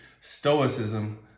Stoicism